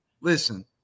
listen